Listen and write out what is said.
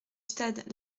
stade